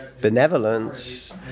benevolence